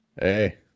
Hey